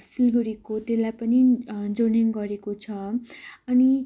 सिलगढीको त्यसलाई पनि जोड्ने गरेको छ अनि